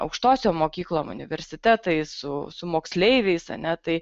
aukštosiom mokyklom universitetais su su moksleiviais a ne tai